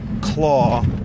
claw